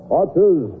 archers